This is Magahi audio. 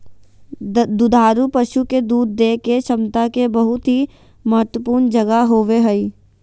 दुधारू पशु के दूध देय के क्षमता के बहुत ही महत्वपूर्ण जगह होबय हइ